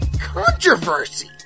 controversy